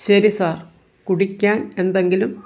ശരി സർ കുടിക്കാൻ എന്തെങ്കിലും